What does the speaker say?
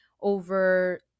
over